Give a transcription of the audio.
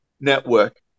network